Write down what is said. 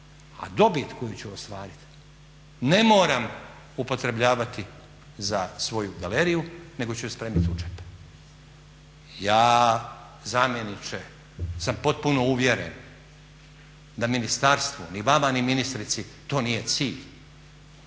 a dobit koju ću ostvariti ne moram upotrebljavati za svoju galeriju nego ću ju spremit u džep. Ja zamjeniče sam potpuno uvjeren da ministarstvu, ni vama, ni ministrici to nije cilj,